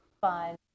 fun